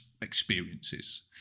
experiences